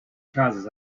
trousers